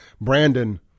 Brandon